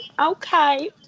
Okay